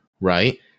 right